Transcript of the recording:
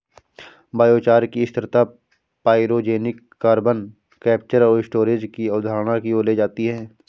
biochar की स्थिरता pyrogenic carbon capture और स्टोरेज की अवधारणा की ओर ले जाती है